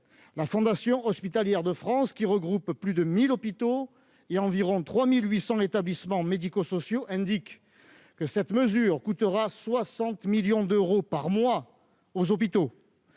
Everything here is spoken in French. la Fédération hospitalière de France, qui regroupe plus de 1 000 hôpitaux et environ 3 800 établissements médico-sociaux, indique que cette mesure coûtera 60 millions d'euros par mois aux hôpitaux.